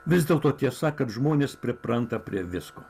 vis dėlto tiesa kad žmonės pripranta prie visko